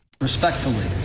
Respectfully